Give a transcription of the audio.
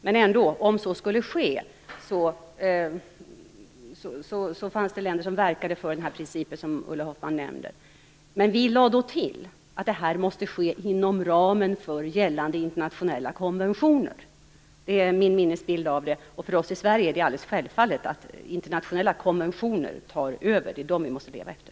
Men om så skulle ske, fanns det länder som verkade för den princip som Ulla Hoffmann nämnde. Vi lade då till att detta måste ske inom ramen för gällande internationella konventioner. Det är min minnesbild av detta. För oss i Sverige är det alldeles självklart att internationella konventioner tar över. Det är dem vi måste leva efter.